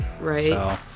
Right